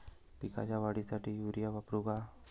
पिकाच्या वाढीसाठी युरिया वापरू का?